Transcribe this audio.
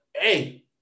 hey